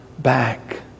back